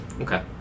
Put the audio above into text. Okay